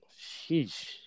sheesh